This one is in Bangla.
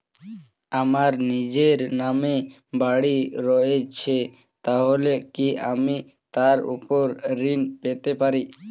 আমার নিজের নামে বাড়ী রয়েছে তাহলে কি আমি তার ওপর ঋণ পেতে পারি?